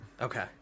Okay